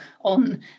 on